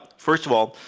first of all,